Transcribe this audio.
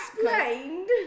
explained